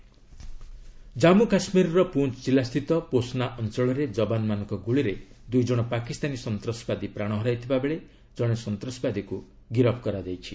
Pak terrorist Jammu କାଶ୍ମୀରର ପୁଞ୍ଚ ଜିଲ୍ଲା ସ୍ଥିତ ପୋଶନା ଅଞ୍ଚଳରେ ଯବାନଙ୍କ ଗୁଳିରେ ଦ୍ରଇ ଜଣ ପାକିସ୍ତାନୀ ସନ୍ତାସବାଦୀ ପ୍ରାଣ ହରାଇଥିବାବେଳେ ଜଣେ ସନ୍ତାସବାଦୀକୁ ଗିରଫ କରାଯାଇଛି